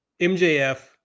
MJF